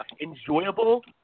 enjoyable